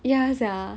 ya sia